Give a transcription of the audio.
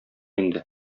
инде